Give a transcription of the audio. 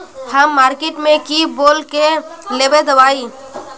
हम मार्किट में की बोल के लेबे दवाई?